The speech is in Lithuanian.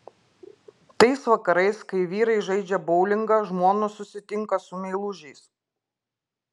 tais vakarais kai vyrai žaidžia boulingą žmonos susitinka su meilužiais